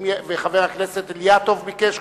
וחבר הכנסת אילטוב ביקש,